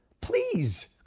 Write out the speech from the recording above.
Please